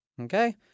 Okay